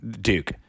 Duke